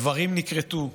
איברים נכרתו.